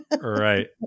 Right